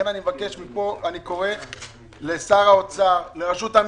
אני קורא לשר האוצר, לרשות המסים,